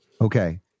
Okay